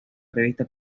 revista